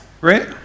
Right